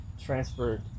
transferred